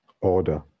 order